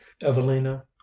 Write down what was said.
Evelina